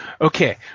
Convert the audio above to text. okay